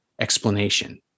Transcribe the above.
explanation